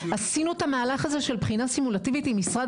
עשינו את המהלך הזה של בחינה סימולטיבית עם משרד